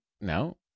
no